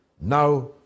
now